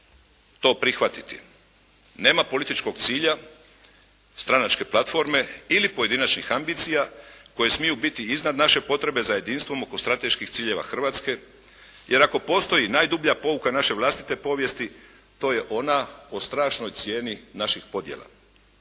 to prihvatiti. Nema političkog cilja, stranačke platforme ili pojedinačnih ambicija koje smiju biti iznad naše potrebe za jedinstvom oko strateških ciljeva Hrvatske jer ako postoji najdublja pouka naše vlastite povijesti to je ona o strašnoj cijeni naših podjela.